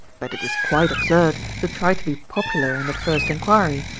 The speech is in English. but it is quite absurd to try to be popular in the first inquiry,